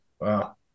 wow